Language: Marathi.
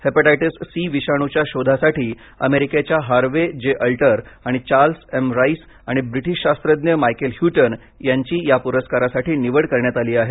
हेपेटायटीस सी विषाणूच्या शोधासाठी अमेरिकेच्या हार्वे जे अल्टर आणि चार्ल्स एम राईस आणि ब्रिटीश शास्त्रज्ञ मायकेल द्यूटन यांची या पुरस्कारासाठी निवड करण्यात आली आहे